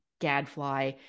gadfly